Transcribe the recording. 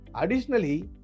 Additionally